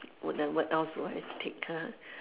what then what else would I take ah